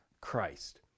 Christ